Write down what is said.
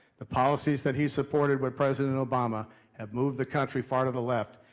the policies that he's supported with president obama have moved the country far to the left.